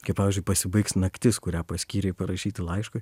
kai pavyzdžiui pasibaigs naktis kurią paskyrei parašyti laiškui